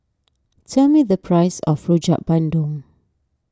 tell me the price of Rojak Bandung